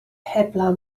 heblaw